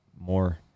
more